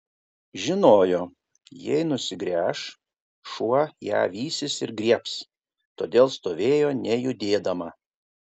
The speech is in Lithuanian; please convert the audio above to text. žinojo jei nusigręš šuo ją vysis ir griebs todėl stovėjo nejudėdama